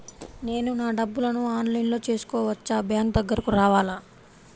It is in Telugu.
నేను నా డబ్బులను ఆన్లైన్లో చేసుకోవచ్చా? బ్యాంక్ దగ్గరకు రావాలా?